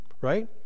Right